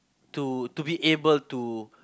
to to be able to